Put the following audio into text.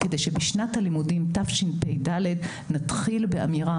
כדי שבשנת הלימודים תשפ"ד נתחיל באמירה